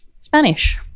Spanish